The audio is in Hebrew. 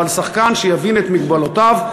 אבל שחקן שיבין את מגבלותיו,